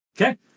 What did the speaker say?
Okay